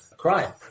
Crime